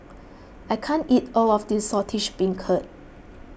I can't eat all of this Saltish Beancurd